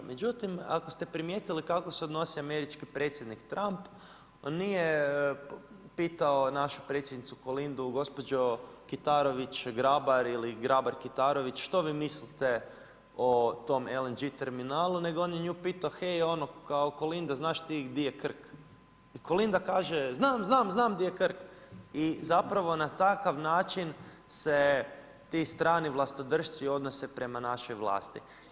Međutim ako ste primijetili kako se odnosi Američki predsjednik Trump, on nije pitao našu predsjednicu Kolindu gospođo Kitarović Grabar ili Grabar Kitarović što vi mislite o tom LNG terminalu, nego on je nju pitao hej ono Kolinda znaš ti gdi je Krk i Kolinda kaže znam, znam, znam di je Krk i zapravo na takav način se ti strani vlastodršci odnose prema našoj vlasti.